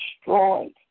destroyed